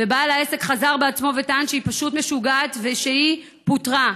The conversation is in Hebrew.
ובעל העסק חזר בו וטען שהיא פשוט משוגעת ושהיא פוטרה.